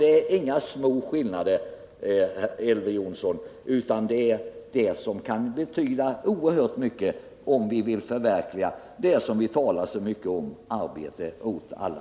Det är inga små skillnader, Elver Jonsson, utan de kan betyda oerhört mycket om vi vill förverkliga vad vi alla talar så mycket om — arbete åt alla.